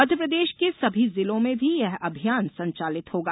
मध्यप्रदेष के सभी जिलों में भी यह अभियान संचालित होगा